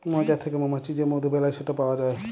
মচাক থ্যাকে মমাছি যে মধু বেলায় সেট পাউয়া যায়